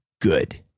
good